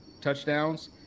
touchdowns